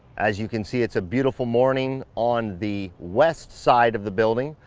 as you can see it's a beautiful morning, on the west side of the building.